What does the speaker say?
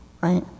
Right